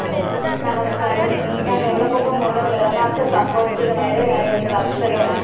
നമസ്ക്കാരം ഞാൻ വെള്ളപ്പൊക്കം മൂലം വിളനാശം സംഭവിച്ചതിന് ഇരയായ ഒരു കർഷകയാണ്